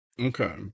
okay